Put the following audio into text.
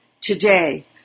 today